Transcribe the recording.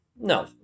no